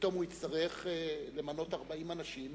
ופתאום הוא יצטרך למנות 40 אנשים